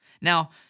Now